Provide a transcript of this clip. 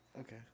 Okay